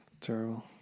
terrible